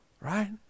right